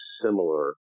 similar